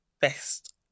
best